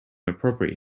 appropriate